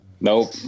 Nope